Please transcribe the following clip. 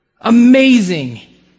Amazing